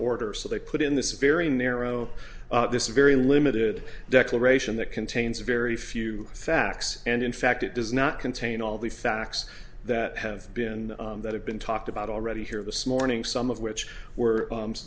order so they put in this very narrow this very limited declaration that contains very few facts and in fact it does not contain all the facts that have been that have been talked about already here this morning some of which were